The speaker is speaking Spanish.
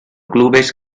clubes